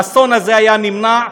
האסון הזה היה נמנע,